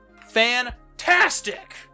Fantastic